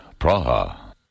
Praha